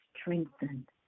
strengthened